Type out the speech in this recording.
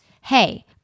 hey